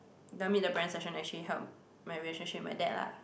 the meet the parent session actually help my relationship with my dad lah